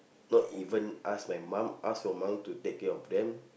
not even ask my mum ask your mum to take care of them